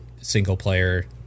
single-player